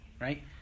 right